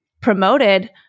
promoted